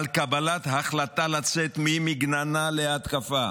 על קבלת החלטה לצאת ממגננה להתקפה,